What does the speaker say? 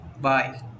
Bye